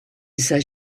says